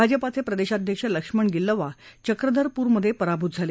भाजपाचे प्रदेशाध्यक्ष लक्ष्मण गिल्लवा चक्रधरपूरमधे पराभूत झाले